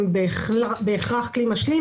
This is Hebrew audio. הם בהכרח כלי משלים,